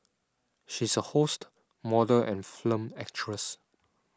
she is a host model and film actress